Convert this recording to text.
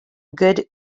good